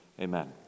amen